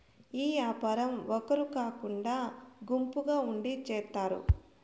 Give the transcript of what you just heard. ఈ యాపారం ఒగరు కాకుండా గుంపుగా ఉండి చేత్తారు